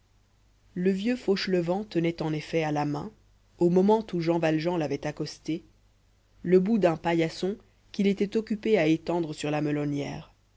le vieux fauchelevent tenait en effet à la main au moment où jean valjean l'avait accosté le bout d'un paillasson qu'il était occupé à étendre sur la